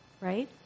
right